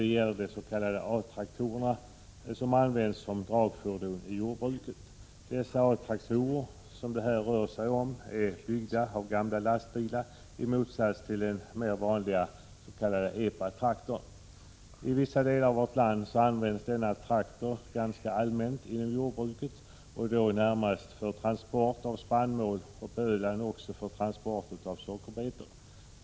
Det gäller de s.k. A-traktorerna som används som dragfordon i jordbruket. Dessa A-traktorer som det här rör sig om är byggda av gamla lastbilar, i motsats till den mer vanliga s.k. Epa-traktorn. I vissa delar av vårt land används denna traktor ganska allmänt inom jordbruket för transport av spannmål, och på Öland också för transport av sockerbetor.